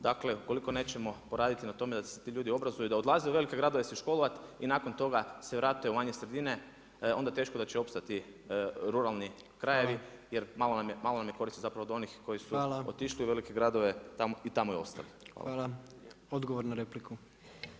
Dakle ukoliko nećemo poraditi na tome da se ti ljudi obrazuju i da odlaze u velike gradove se školovati i nakon toga se vrate u manje sredine onda teško da će opstati ruralni krajevi jer malo nam je koristi zapravo od onih koji su otišli u velike gradove i tamo ostali.